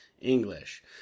English